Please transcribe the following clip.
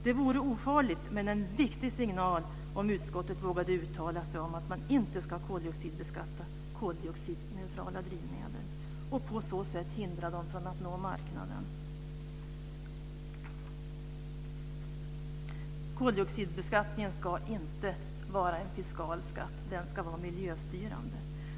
Det vore ofarligt men en viktig signal om utskottet vågade uttala att man inte ska koldioxidbeskatta koldioxidneutrala drivmedel och på så sätt hindra dem från att nå marknaden. Koldioxidbeskattningen ska inte vara en fiskal skatt; den ska vara miljöstyrande.